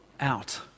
out